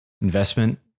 investment